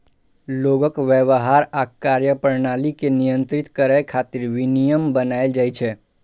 लोगक व्यवहार आ कार्यप्रणाली कें नियंत्रित करै खातिर विनियम बनाएल जाइ छै